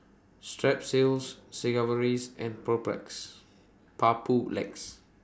Strepsils Sigvaris and Papulex